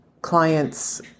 clients